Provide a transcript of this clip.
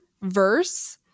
verse